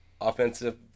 offensive